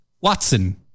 watson